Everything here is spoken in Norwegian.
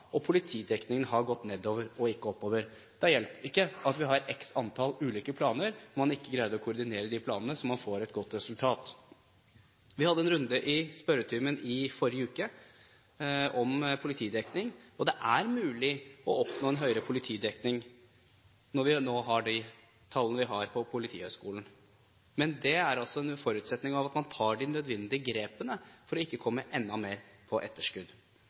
og politidekningen har gått nedover og ikke oppover. Det hjelper ikke at vi har x antall ulike planer, når man ikke greier å koordinere disse planene så man får et godt resultat. Vi hadde en runde i spørretimen i forrige uke om politidekning, og det er mulig å oppnå en høyere politidekning når vi nå har de tallene vi har for Politihøgskolen. Men det er under forutsetning av at man tar de nødvendige grepene for ikke å komme enda mer på etterskudd.